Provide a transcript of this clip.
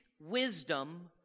wisdom